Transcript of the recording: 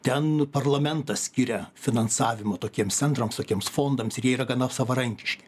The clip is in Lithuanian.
ten parlamentas skiria finansavimą tokiems centrams tokiems fondams ir jie yra gana savarankiški